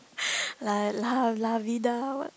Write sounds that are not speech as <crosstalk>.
<breath> like la la vida what